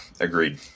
agreed